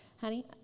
Honey